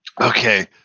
Okay